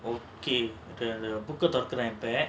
okay book ah தொறக்குறேன் இப்போ:thorakkuraen ippo